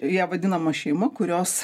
ja vadinama šeima kurios